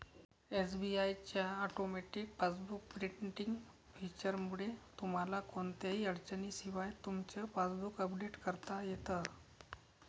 SBI च्या automatic passbook printing फीचरमुळे तुम्हाला कोणत्याही अडचणीशिवाय तुमचं पासबुक अपडेट करता येतं